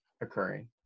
occurring